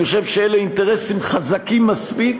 אני חושב שאלה אינטרסים חזקים מספיק